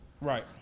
Right